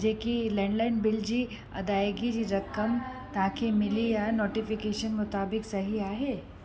जेकी landline bill जी अदायगी जी रक़म तव्हांखे मिली आहे नोटिफिकेशन मुताबिक़ि सही आहे